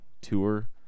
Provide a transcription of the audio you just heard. tour